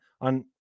on